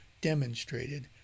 demonstrated